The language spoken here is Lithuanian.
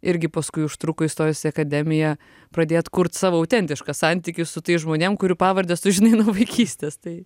irgi paskui užtruko įstojusi į akademiją pradėt kurt savo autentišką santykį su tais žmonėm kurių pavardes tu žinai nuo vaikystės tai